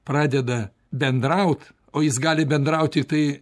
pradeda bendraut o jis gali bendraut tiktai